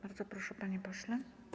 Bardzo proszę, panie pośle.